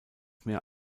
mehr